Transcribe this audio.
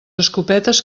escopetes